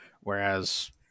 whereas